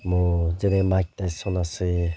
মোৰ যেনে Mike Tyson আছে